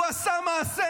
הוא עשה מעשה.